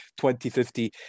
2050